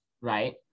Right